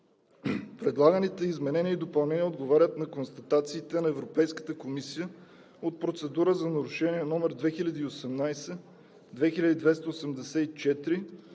Предлаганите изменения и допълнения отговарят на констатациите на Европейската комисия от процедура за нарушение № 2018/2284